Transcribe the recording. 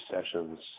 sessions